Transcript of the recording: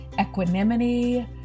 Equanimity